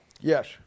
Yes